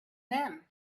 them